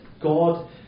God